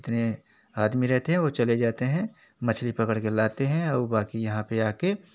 जितने आदमी रहते हैं वे चले जाते हैं मछली पकड़ के लाते हैं और बाक़ी यहाँ पर आकर